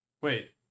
Wait